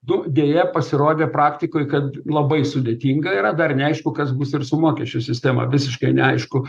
nu deja pasirodė praktikoj kad labai sudėtinga yra dar neaišku kas bus ir su mokesčių sistema visiškai neaišku